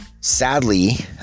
Sadly